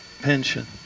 pension